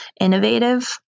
innovative